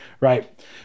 Right